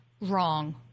wrong